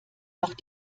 noch